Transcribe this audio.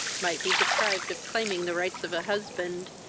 might be deprived of claiming the rights of a husband,